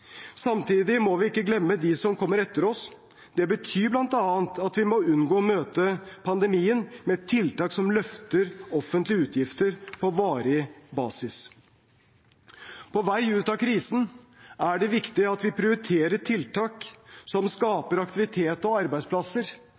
Samtidig må vi ikke glemme dem som kommer etter oss. Det betyr bl.a. at vi må unngå å møte pandemien med tiltak som løfter offentlige utgifter på varig basis. På vei ut av krisen er det viktig at vi prioriterer tiltak som skaper aktivitet og arbeidsplasser,